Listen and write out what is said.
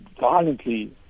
violently